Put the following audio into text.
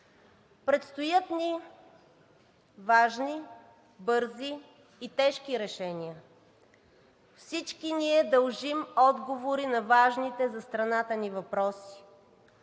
Предстоят ни важни, бързи и тежки решения. Всички ние дължим отговори на важните за страната ни въпроси